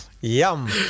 Yum